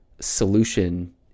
solution